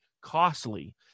costly